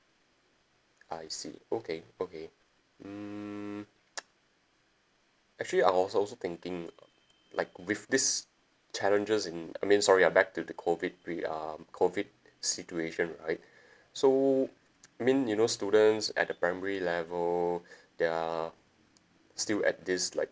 I see okay okay mm actually I was also thinking uh like with these challenges in I mean sorry ah back to the COVID we um COVID situation right so I mean you know students at the primary level they're still at this like